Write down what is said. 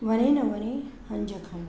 वणे न वणे हंज खण